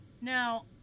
Now